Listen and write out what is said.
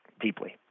deeply